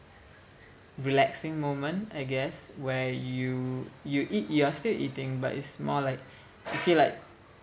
relaxing moment I guess where you you eat you are still eating but it's more like you feel like